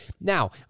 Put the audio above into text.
Now